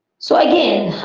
so again,